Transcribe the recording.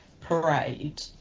parade